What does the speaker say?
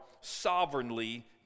sovereignly